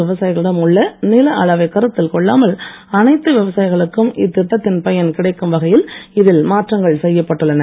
விவசாயிகளிடம் உள்ள நில அளவை கருத்தில் கொள்ளாமல் அனைத்து விவசாயிகளுக்கும் இத்திட்டத்தின் பயன் கிடைக்கும் வகையில் இதில் மாற்றங்கள் செய்யப்பட்டுள்ளது